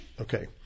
Okay